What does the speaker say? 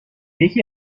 یکی